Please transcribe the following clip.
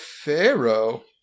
Pharaoh